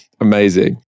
amazing